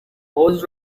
حوض